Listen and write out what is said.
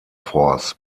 force